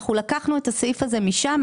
אנחנו לקחנו את הסעיף הזה משם,